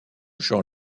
jean